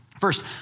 First